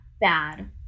bad